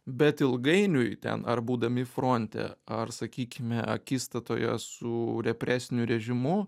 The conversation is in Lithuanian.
bet ilgainiui ten ar būdami fronte ar sakykime akistatoje su represiniu režimu